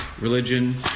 religion